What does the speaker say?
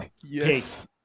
Yes